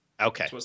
Okay